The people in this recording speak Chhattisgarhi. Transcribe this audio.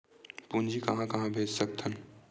पूंजी कहां कहा भेज सकथन?